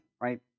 right